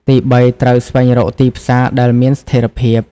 ទីបី ត្រូវ ស្វែងរកទីផ្សារដែលមានស្ថិរភាព។